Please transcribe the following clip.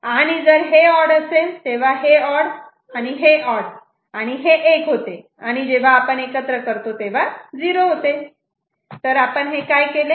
आणि जर हे ऑड असेल तेव्हा हे ऑड आणि हे ऑड आणि हे 1 होते आणि जेव्हा आपण एकत्र करतो तेव्हा 0 होते तर आपण हे काय केले